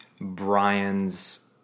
Brian's